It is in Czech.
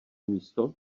místo